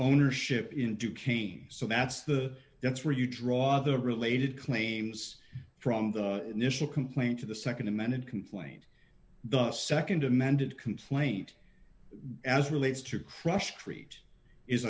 ownership in duquesne so that's the that's where you draw the related claims from the initial complaint to the nd amended complaint the nd amended complaint as relates to